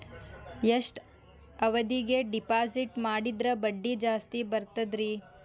ಎಷ್ಟು ಅವಧಿಗೆ ಡಿಪಾಜಿಟ್ ಮಾಡಿದ್ರ ಬಡ್ಡಿ ಜಾಸ್ತಿ ಬರ್ತದ್ರಿ?